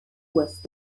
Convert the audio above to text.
west